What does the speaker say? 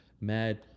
mad